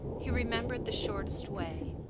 he remembered the shortest way.